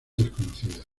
desconocida